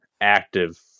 active